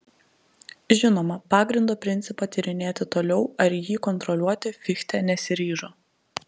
žinoma pagrindo principą tyrinėti toliau ar jį kontroliuoti fichte nesiryžo